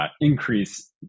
increase